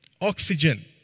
oxygen